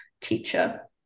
teacher